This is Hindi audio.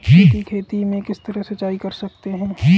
मक्के की खेती में किस तरह सिंचाई कर सकते हैं?